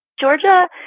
Georgia